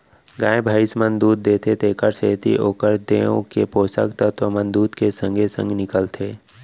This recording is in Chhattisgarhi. गाय भइंस मन दूद देथे तेकरे सेती ओकर देंव के पोसक तत्व मन दूद के संगे संग निकलथें